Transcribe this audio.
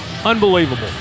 Unbelievable